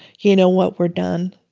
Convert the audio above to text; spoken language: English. you know what, we're done.